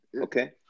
Okay